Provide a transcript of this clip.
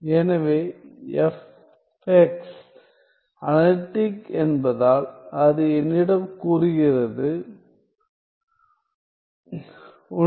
எனவே f x analytic என்பதால் அது என்னிடம் கூறுகிறது 1